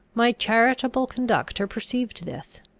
my charitable conductor perceived this,